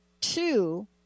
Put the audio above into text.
Two